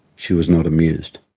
she was not amused.